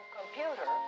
computer